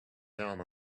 down